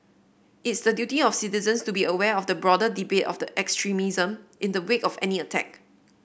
it's the duty of citizens to be aware of the broader debate of the extremism in the wake of any attack